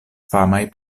famaj